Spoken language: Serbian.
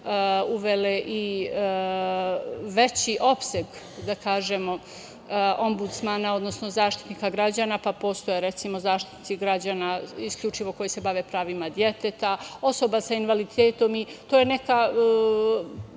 uvele i veći opseg ombudsmana, odnosno zaštitnika građana, pa postoje, recimo, zaštitnici građana isključivo koji se bave pravima deteta, osoba sa invaliditetom, itd. To je